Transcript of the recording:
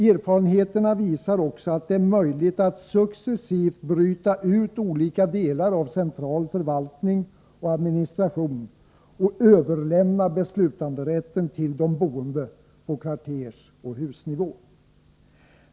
Erfarenheterna visar också att det är möjligt att successivt bryta ut olika delar av central förvaltning och administration och överlämna beslutanderätten till de boende på kvartersoch husnivå.